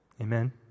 Amen